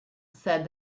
said